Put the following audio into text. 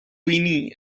winnie